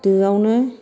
दोआवनो